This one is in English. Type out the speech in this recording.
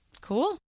Cool